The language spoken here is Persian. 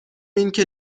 اینکه